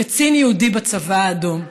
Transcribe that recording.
קצין יהודי בצבא האדום,